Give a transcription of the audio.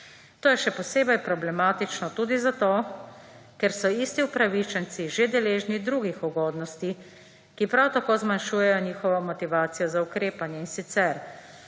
To je še posebej problematično tudi zato, ker so isti upravičenci že deležni drugih ugodnosti, ki prav tako zmanjšujejo njihovo motivacijo za ukrepanje, in sicer